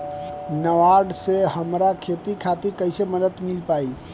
नाबार्ड से हमरा खेती खातिर कैसे मदद मिल पायी?